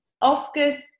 Oscar's